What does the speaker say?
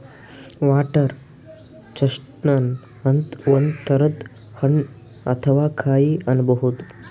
water chestnut ಅಂತ್ ಒಂದ್ ತರದ್ ಹಣ್ಣ್ ಅಥವಾ ಕಾಯಿ ಅನ್ಬಹುದ್